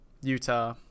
utah